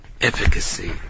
efficacy